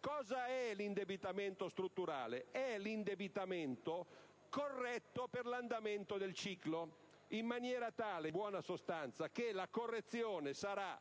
Cosa è l'indebitamento strutturale? È l'indebitamento corretto per l'andamento del ciclo, in maniera tale che la correzione sarà